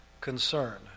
concern